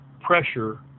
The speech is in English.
pressure